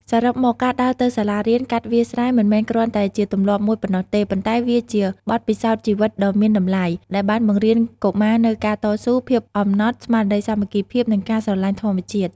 សរុបមក ការដើរទៅសាលារៀនកាត់វាលស្រែ មិនមែនគ្រាន់តែជាទម្លាប់មួយប៉ុណ្ណោះទេ ប៉ុន្តែវាជា បទពិសោធន៍ជីវិតដ៏មានតម្លៃ ដែលបានបង្រៀនកុមារនូវការតស៊ូ ភាពអំណត់ ស្មារតីសាមគ្គីភាព និងការស្រឡាញ់ធម្មជាតិ។